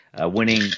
winning